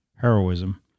heroism